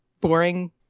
boring